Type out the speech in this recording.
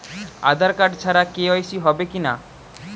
আধার card ছাড়া কে.ওয়াই.সি হবে কিনা?